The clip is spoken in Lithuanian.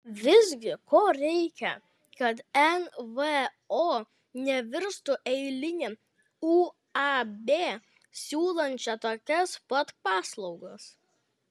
visgi ko reikia kad nvo nevirstų eiline uab siūlančia tokias pat paslaugas